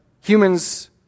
humans